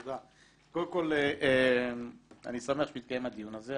קודם כל, אני שמח שמתקיים הדיון הזה.